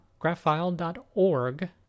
graphile.org